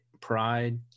pride